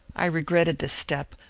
i re gretted this step,